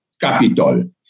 Capitol